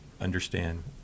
understand